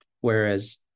Whereas